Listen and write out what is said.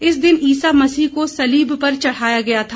इस दिन ईसा मसीह को सलीब पर चढ़ाया गया था